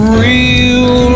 real